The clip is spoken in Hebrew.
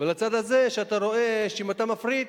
והצד הזה, שאתה רואה שאם אתה מפריט